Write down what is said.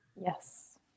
Yes